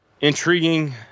intriguing